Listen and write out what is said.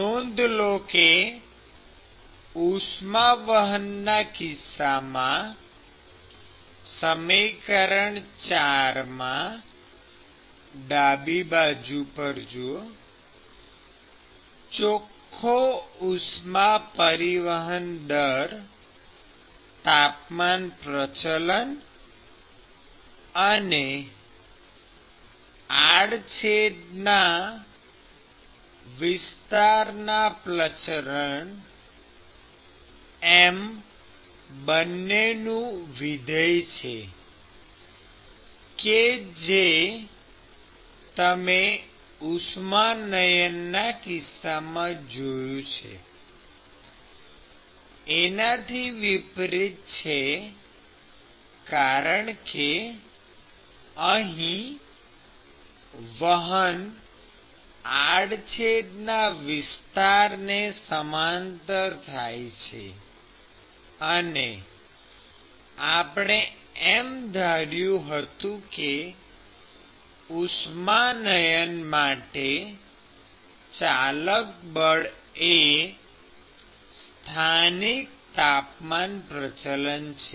નોંધ લો કે ઉષ્માવહનના કિસ્સામાં સમીકરણ ૪ માં ડાબી બાજુ પર ચોખ્ખો ઉષ્મા પરિવહન દર તાપમાન પ્રચલન અને આડછેડના વિસ્તારના પ્રચલન એમ બંનેનું વિધેય છે કે જે તમે ઉષ્માનયનના કિસ્સામાં જોયું છે એનાથી વિપરીત છે કારણ કે અહીં વહન આડછેડના વિસ્તારને સમાંતર થાય છે અને આપણે એમ ધાર્યું હતું કે ઉષ્માનયન માટે ચાલક બળ એ સ્થાનિક તાપમાન પ્રચલન છે